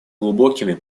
глубокими